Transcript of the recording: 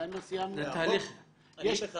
אני אגיד לך,